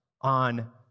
on